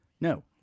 No